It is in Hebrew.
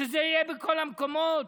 שזה יהיה בכל המקומות?